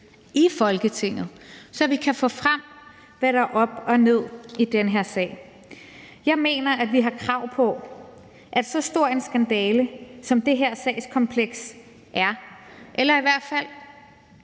i Folketinget, så vi kan få frem, hvad der er op og ned i den her sag. Jeg mener, at vi har krav på, at så stor en skandale, som det her sagskompleks er eller i hvert fald